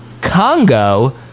Congo